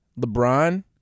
LeBron